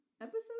Episode